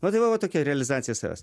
nu tai va va tokia realizacija savęs